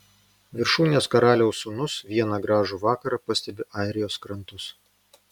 viršūnės karaliaus sūnus vieną gražų vakarą pastebi airijos krantus